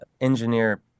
engineer